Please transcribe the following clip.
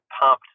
pumped